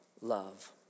love